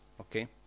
okay